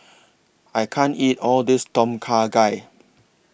I can't eat All This Tom Kha Gai